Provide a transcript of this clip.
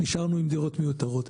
נשארנו עם דירות מיותרות.